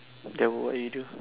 then what will you do